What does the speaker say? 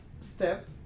step